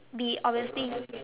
be obviously